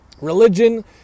religion